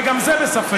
וגם זה בספק,